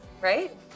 right